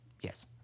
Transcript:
Yes